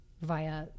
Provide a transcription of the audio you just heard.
via